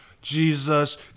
Jesus